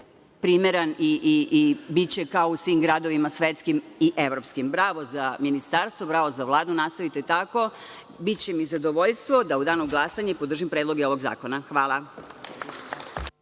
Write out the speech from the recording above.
primeran i biće kao u svim gradovima svetskim i evropskim. Bravo za Ministarstvo, bravo za Vladu. Nastavite tako, biće mi zadovoljstvo da u danu glasanja podržim predloge ovog zakona. Hvala.